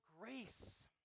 grace